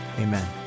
amen